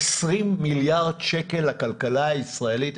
20 מיליארד שקל לכלכלה הישראלית,